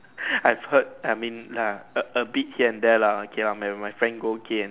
I've heard I mean nah a a bit here and there lah okay my friend go and